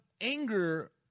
anger